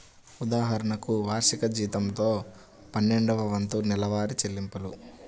ఉదాహరణకు, వార్షిక జీతంలో పన్నెండవ వంతు నెలవారీ చెల్లింపులు